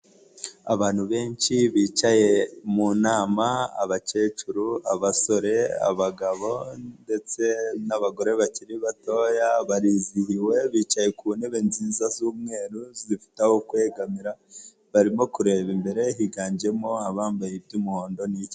Abantu benshi bicaye mu nama, abakecuru, abasore, abagabo ndetse n'abagore bakiri batoya, barizihiwe, bicaye ku ntebe nziza z'umweru, zifite ahokwegamira, barimo kureba imbere, higanjemo abambaye iby'umuhondo n'icyatsi.